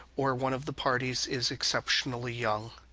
or one of the parties is exceptionally young.